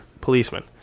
policemen